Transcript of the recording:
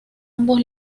ambos